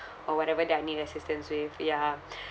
or whatever that I need assistance with ya